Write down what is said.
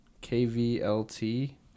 K-V-L-T